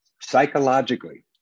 Psychologically